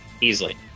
easily